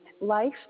life